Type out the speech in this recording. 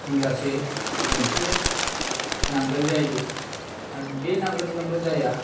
होमब्लासे गंसे नांगोल जायो आरो बे नांगोलजोंल' जाया